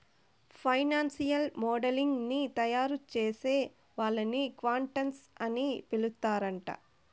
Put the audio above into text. financial modelling ని తయారుచేసే వాళ్ళని క్వాంట్స్ అని పిలుత్తరాంట